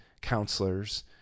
counselors